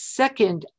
second